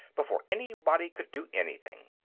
before anybody could do anything.